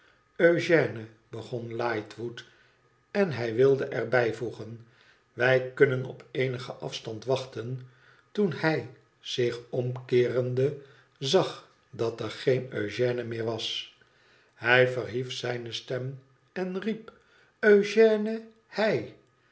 eugène begon lightwood en hij wilde er bijvoegen i wij kunnen op eenigen afstand wachten toen hij zich omkeerende zag dat er geen eugène meer was hij verhief zijne stem en riep